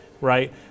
right